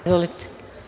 Izvolite.